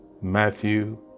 matthew